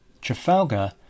Trafalgar